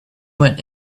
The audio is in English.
went